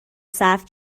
صرف